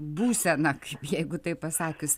būsena kaip jeigu taip pasakius